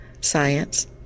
science